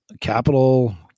capital